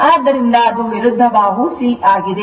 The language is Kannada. ಆದ್ದರಿಂದ ಅದು ವಿರುದ್ಧ ಬಾಹು C ಆಗಿದೆ